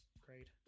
great